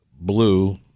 blue